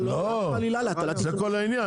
זה כל העניין,